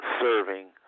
serving